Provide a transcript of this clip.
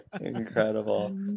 Incredible